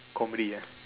comedy yes